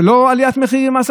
זה לא עליית מחירים,